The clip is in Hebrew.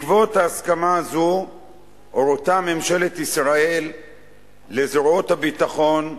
בעקבות ההסכמה הזאת הורתה ממשלת ישראל לזרועות הביטחון,